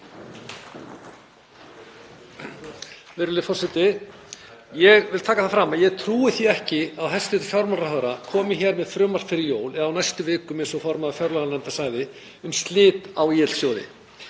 Virðulegi forseti. Ég vil taka það fram að ég trúi því ekki að hæstv. fjármálaráðherra komi hér með frumvarp fyrir jól, eða á næstu vikum eins og formaður fjárlaganefndar sagði, um slit á ÍL-sjóði.